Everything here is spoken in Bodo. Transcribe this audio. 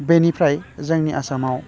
बेनिफ्राय जोंनि आसामाव